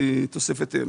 תוספת אם.